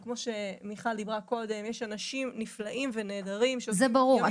וכמו שמיכל דיברה קודם יש אנשים נפלאים ונהדרים ש --- זה ברור,